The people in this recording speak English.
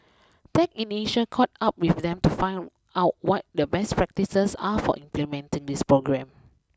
tech in Asia caught up with them to find out what the best practices are for implementing this program